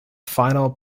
final